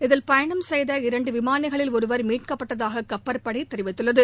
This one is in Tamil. இதில் பயணம் செய்த இரண்டு விமானிகளில் ஒருவர் மீட்கப்பட்டதாக கப்பற்படை தெரிவித்துள்ளது